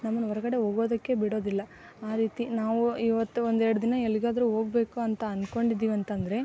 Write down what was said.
ನಮ್ಮನ್ನು ಹೊರ್ಗಡೆ ಹೋಗೋದಕ್ಕೇ ಬಿಡೋದಿಲ್ಲ ಆ ರೀತಿ ನಾವು ಇವತ್ತು ಒಂದು ಎರಡು ದಿನ ಎಲ್ಲಿಗಾದರು ಹೋಗ್ಬೇಕು ಅಂತ ಅಂದ್ಕೊಂಡಿದ್ದೀವಿ ಅಂತಂದರೆ